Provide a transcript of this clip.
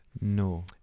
No